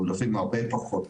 או לפעמים הרבה פחות